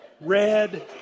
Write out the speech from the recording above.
Red